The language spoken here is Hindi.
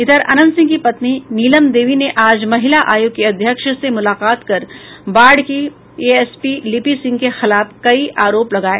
इधर अनंत सिंह की पत्नी नीलम देवी ने आज महिला आयोग की अध्यक्ष से मुलाकात कर बाढ़ की एएसपी लिपि सिंह के खिलाफ कई आरोप लगाए